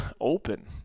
open